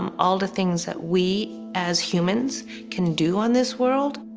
um all the things that we as humans can do in this world,